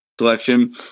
selection